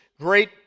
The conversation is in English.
great